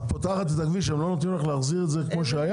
פותחת את הכביש הם לא נותנים לך להחזיר את זה כמו שהיה?